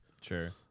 Sure